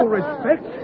respect